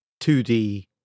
2D